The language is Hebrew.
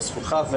זו זכותך,